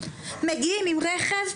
מגיעים עם רכב,